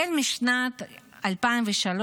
משנת 2003,